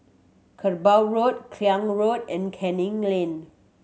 Kerbau Road Klang Road and Canning Lane